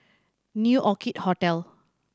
New Orchid Hotel